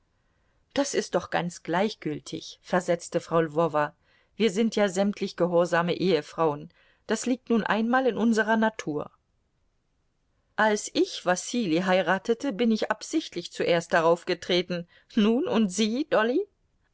das ist doch ganz gleichgültig versetzte frau lwowa wir sind ja sämtlich gehorsame ehefrauen das liegt nun einmal in unserer natur als ich wasili heiratete bin ich absichtlich zuerst daraufgetreten nun und sie dolly